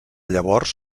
llavors